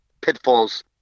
pitfalls